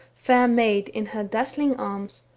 fair maid, in her. dazzling arms.